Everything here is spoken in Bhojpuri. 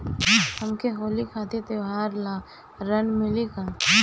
हमके होली खातिर त्योहार ला ऋण मिली का?